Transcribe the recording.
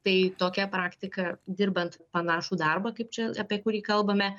tai tokia praktika dirbant panašų darbą kaip čia apie kurį kalbame